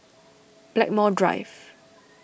Blackmore Drive